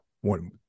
one